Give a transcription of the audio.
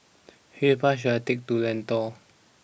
which bus should I take to Lentor